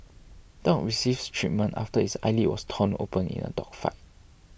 dog receives treatment after its eyelid was torn open in a dog fight